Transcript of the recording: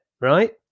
right